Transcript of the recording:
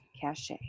Cache